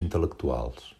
intel·lectuals